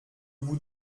vous